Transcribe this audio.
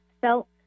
felt